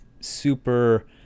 super